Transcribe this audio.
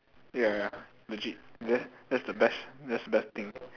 ya ya ya legit that that's the best that's the best thing